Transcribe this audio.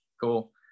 Cool